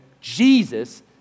Jesus